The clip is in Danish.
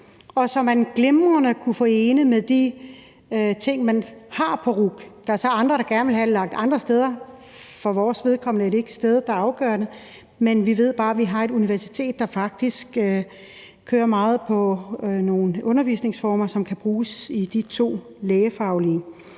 og som glimrende kunne forenes med de ting, man har på RUC. Der er så andre, der gerne vil have det lagt andre steder. For vores vedkommende er det ikke stedet, der er afgørende. Men vi ved bare, at vi har et universitet, der faktisk kører meget på nogle undervisningsformer, som kan bruges i de to lægefaglige